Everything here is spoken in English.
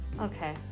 Okay